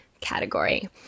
category